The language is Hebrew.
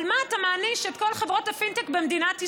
על מה אתה מעניש את כל חברות הפינטק במדינת ישראל?